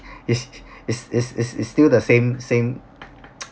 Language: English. is is is is is still the same same